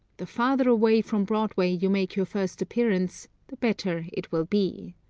the farther away from broadway you make your first appearance the better it will be.